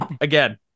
again